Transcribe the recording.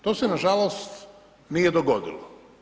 To se nažalost nije dogodilo.